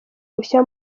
bushya